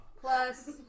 Plus